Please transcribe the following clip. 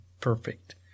perfect